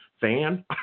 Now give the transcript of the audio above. fan